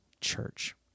church